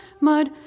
mud